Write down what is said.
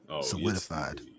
solidified